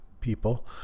people